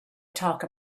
talk